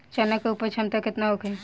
चना के उपज क्षमता केतना होखे?